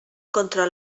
contra